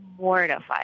mortified